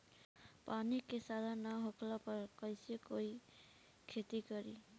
पानी के साधन ना होखला पर कईसे केहू खेती करी